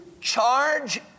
charge